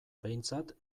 behintzat